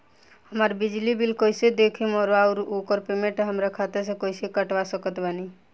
हमार बिजली बिल कईसे देखेमऔर आउर ओकर पेमेंट हमरा खाता से कईसे कटवा सकत बानी?